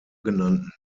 genannten